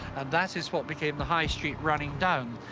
that is what became the high street running down,